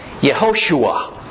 Yehoshua